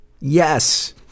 yes